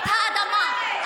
את האדמה,